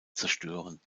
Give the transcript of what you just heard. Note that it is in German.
zerstören